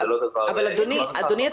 אדוני,